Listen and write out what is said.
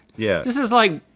yeah. this is like,